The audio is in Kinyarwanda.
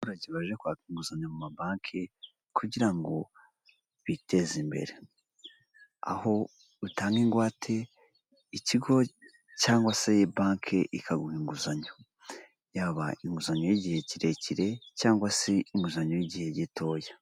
Kwaka inguzanyo mu ma banke kugira ngo biteze imbere, aho utanga ingwate ikigo cyangwa se banke ikaguha inguzanyo, yaba inguzanyo y'igihe kirekire cyangwa se inguzanyo y'igihe gitoya.